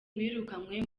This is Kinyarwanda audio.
birukanywe